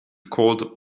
called